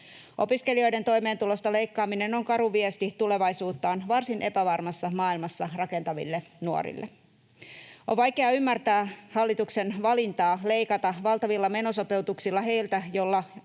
Opiskelijoiden toimeentulosta leikkaaminen on karu viesti tulevaisuuttaan varsin epävarmassa maailmassa rakentaville nuorille. On vaikea ymmärtää hallituksen valintaa leikata valtavilla menosopeutuksilla heiltä, joilla